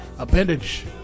Appendage